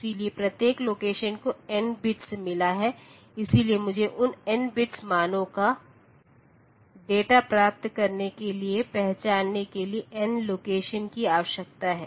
इसलिए प्रत्येक लोकेशन को n बिट्स मिला है इसलिए मुझे उन n बिट्स मानों का डेटा प्राप्त करने के लिए पहचानने के लिए n लोकेशन की आवश्यकता है